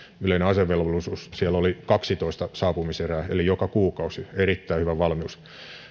yleinen asevelvollisuus siellä oli kaksitoista saapumiserää eli joka kuukausi erittäin hyvä valmius